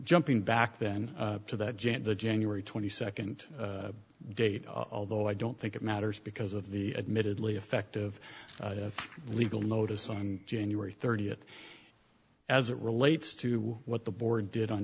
jumping back then to that jet the january twenty second date although i don't think it matters because of the admittedly effective legal notice on january thirtieth as it relates to what the board did on